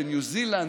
בניו זילנד,